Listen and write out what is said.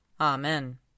Amen